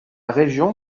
région